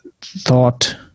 thought